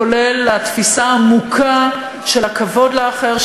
כולל התפיסה העמוקה של הכבוד לאחר,